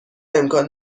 امکان